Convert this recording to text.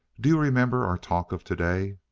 do you remember our talk of today?